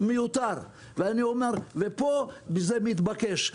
זה מתבקש,